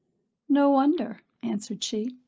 no wonder, answered she,